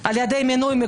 שלטוני.